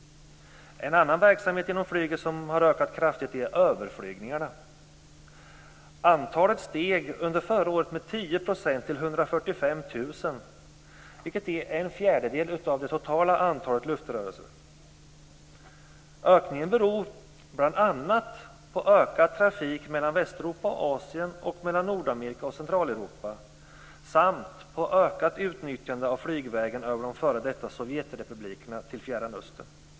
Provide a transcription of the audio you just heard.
En annan verksamhet inom flyget som har ökat kraftigt är överflygningarna. Antalet steg under förra året med 10 % till 145 000, vilket är en fjärdedel av det totala antalet luftrörelser. Ökningen beror bl.a. på ökad trafik mellan Västeuropa och Asien och mellan Nordamerika och Centraleuropa samt på ökat utnyttjande av flygvägen över de f.d. Sovjetrepublikerna till Fjärran östern.